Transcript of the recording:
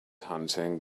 hunting